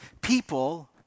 people